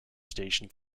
station